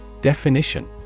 Definition